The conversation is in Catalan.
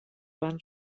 van